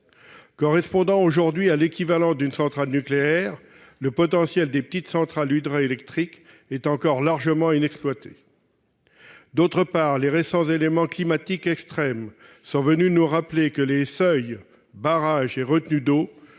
Correspondant aujourd'hui à l'équivalent d'une centrale nucléaire, le potentiel des petites centrales hydroélectriques est encore largement inexploité. D'autre part, les récents éléments climatiques extrêmes sont venus nous rappeler que les seuils, barrages et retenues d'eau